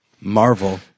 Marvel